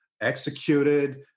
executed